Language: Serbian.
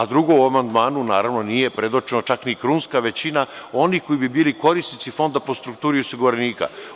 Drugo, u amandmanu nije predočeno čak ni krunska većina onih koji bi bili korisnici fonda po strukturi osiguranika.